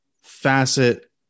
facet